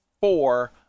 four